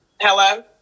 Hello